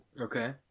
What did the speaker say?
Okay